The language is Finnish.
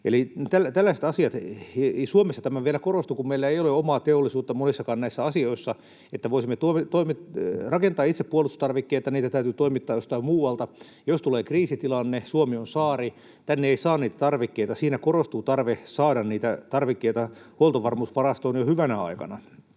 tällaiset asiat. Ja Suomessa tämä vielä korostuu, kun meillä ei ole omaa teollisuutta monissakaan näissä asioissa, että voisimme rakentaa itse puolustustarvikkeita. Niitä täytyy toimittaa jostain muualta. Jos tulee kriisitilanne, Suomi on saari, tänne ei saa niitä tarvikkeita. Siinä korostuu tarve saada niitä tarvikkeita huoltovarmuusvarastoon jo hyvänä aikana.